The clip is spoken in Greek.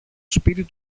σπίτι